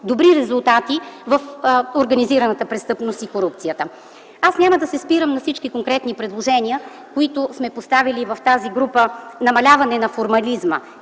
добри резултати в организираната престъпност и корупцията? Аз няма да се спирам на всички конкретни предложения, които сме поставили в тази група – „намаляване на формализма”,